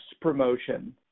promotion